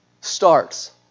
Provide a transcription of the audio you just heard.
starts